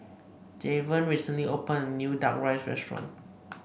Javen recently opened a new Duck Rice Restaurant